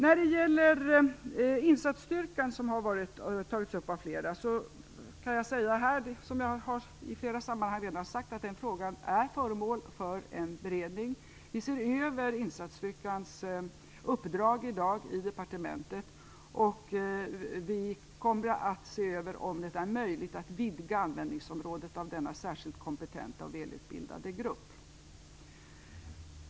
När det gäller insatsstyrkan, som har tagits upp av flera, kan jag här säga det jag redan har sagt i flera sammanhang: Den frågan är föremål för en beredning. Vi ser över insatsstyrkans uppdrag i dag i departementet. Vi kommer att se över om det är möjligt att vidga användningsområdet av denna särskilt kompetenta och välutbildade grupp.